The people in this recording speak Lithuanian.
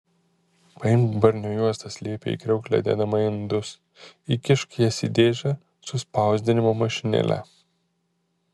paimk barnio juostas liepė į kriauklę dėdama indus įkišk jas į dėžę su spausdinimo mašinėle